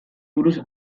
buruz